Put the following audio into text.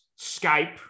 Skype